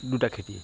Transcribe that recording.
দুটা খেতিয়ে